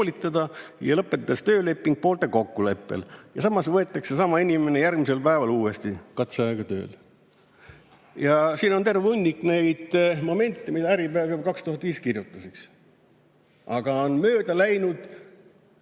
ja lõpetatakse tööleping poolte kokkuleppel. Samas võetakse sama inimene järgmisel päeval uuesti katseajaga tööle. Ja siin on terve hunnik neid momente, mida Äripäev 2005 kirjutas, eks ju. Aga mööda on läinud